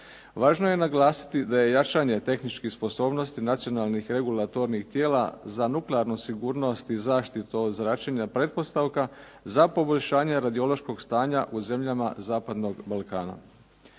Važno je naglasiti da je jačanje tehničkih sposobnosti nacionalnih regulatornih tijela za nuklearnu sigurnost i zaštitu od zračenja pretpostavka za poboljšanje radiološkog stanja u zemljama zapadnog Balkana.